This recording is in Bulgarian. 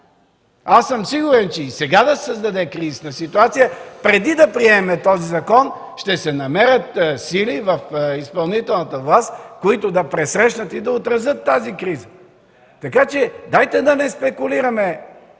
е изтекло), че и сега да се създаде кризисна ситуация – преди да приемем закона, ще се намерят сили в изпълнителната власт, които да пресрещнат и да отразят тази криза! Така че дайте да не спекулираме